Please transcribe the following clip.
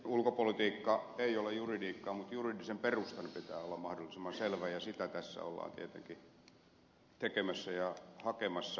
ulkopolitiikka ei ole juridiikkaa mutta juridisen perustan pitää olla mahdollisimman selvä ja sitä tässä ollaan tietenkin tekemässä ja hakemassa